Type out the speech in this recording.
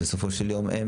בסופו של יום הם